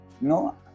No